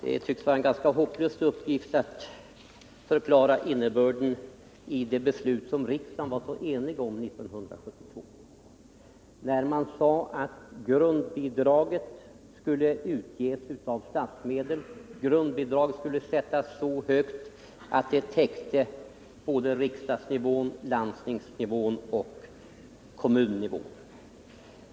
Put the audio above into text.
Herr talman! Det tycks vara en hopplös uppgift att förklara innebörden i det beslut som riksdagen var så enig om 1972, när man sade att grundbidraget skulle utges av statsmedel, grundbidraget skulle sättas så högt att det täckte riksdagsnivån, landstingsnivån och kommunnivån.